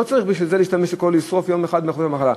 הוא לא צריך לשרוף בשביל זה יום אחד מימי המחלה.